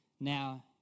now